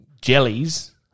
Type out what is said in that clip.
Jellies